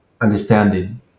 understanding